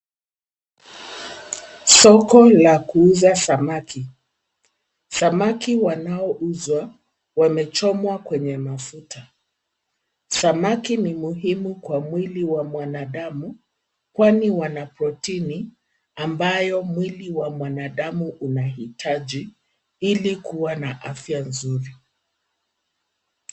Soko la kuuza samaki. Samaki wanaouzwa wamechomwa kwenye mafuta. Samaki ni muhimu kwa mwili wa mwanadamu kwani wana protini ambayo mwilii wa mwanadamu unahitaji ili kuwa na afya nzuri.